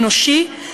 אנושי,